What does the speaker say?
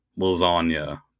lasagna